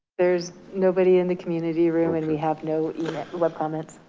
there's nobody in the community room and we have no comments.